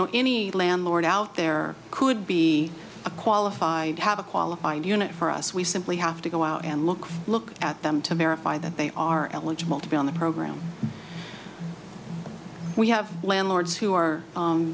know any landlord out there could be a qualified have a qualified unit for us we simply have to go out and look look at them to merit by that they are eligible to be on the program we have landlords who are